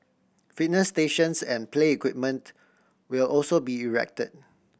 fitness stations and play equipment will also be erected